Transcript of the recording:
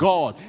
God